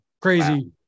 crazy